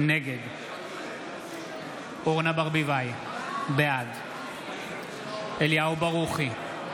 נגד אורנה ברביבאי, בעד אליהו ברוכי,